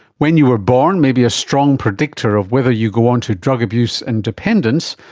when you were born may be a strong predictor of whether you go on to drug abuse and dependence.